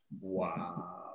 wow